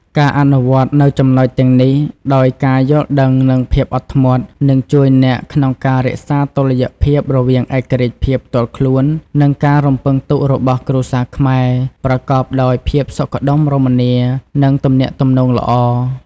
ការអនុវត្តនូវចំណុចទាំងនេះដោយការយល់ដឹង និងភាពអត់ធ្មត់ នឹងជួយអ្នកក្នុងការរក្សាតុល្យភាពរវាងឯករាជ្យភាពផ្ទាល់ខ្លួន និងការរំពឹងទុករបស់គ្រួសារខ្មែរ ប្រកបដោយភាពសុខដុមរមនា និងទំនាក់ទំនងល្អ។